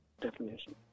definition